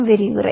விரிவுரை